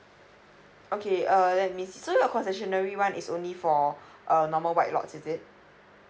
okay err that means so cost at january one is only for a normal white lots is it